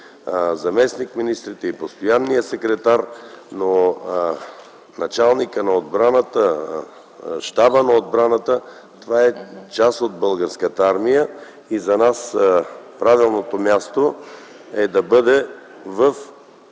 заместник-министрите, и постоянният секретар, но началникът на отбраната, Щабът на отбраната са част от Българската армия. За нас правилното място е да бъде в